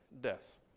death